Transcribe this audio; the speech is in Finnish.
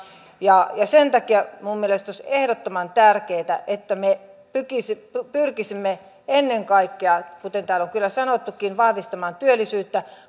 ja sen takia minun mielestäni olisi ehdottoman tärkeätä että me pyrkisimme pyrkisimme ennen kaikkea kuten täällä on kyllä sanottukin vahvistamaan työllisyyttä